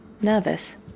Nervous